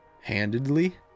handedly